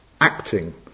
acting